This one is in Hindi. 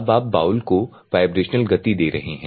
अब आप बाउल को वाइब्रेशनल गति दे रहे हैं